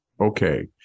Okay